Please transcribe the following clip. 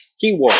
keyword